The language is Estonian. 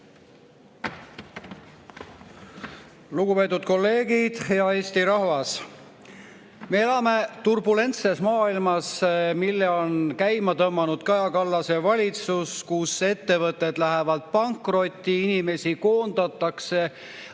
Lugupeetud kolleegid! Hea Eesti rahvas! Me elame turbulentses maailmas, mille on käima tõmmanud Kaja Kallase valitsus ja kus ettevõtted lähevad pankrotti, inimesi koondatakse,